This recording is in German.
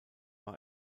war